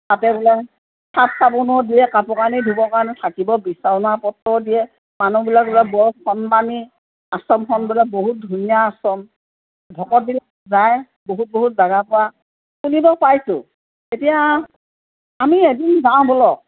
তাতে বোলে চাৰ্ফ চাবোনো দিয়ে কাপোৰ কানি ধুবৰ কাৰণে থাকিব বিচনা পত্ৰও দিয়ে মানুহবিলাক বোলে বৰ সন্মানী আশ্ৰমখন বোলে বহুত ধুনীয়া আশ্ৰম ভকতবিলাক যায় বহুত বহুত জেগাৰ পৰা শুনিতো পাইছোঁ এতিয়া আমি এদিন যাওঁ বলক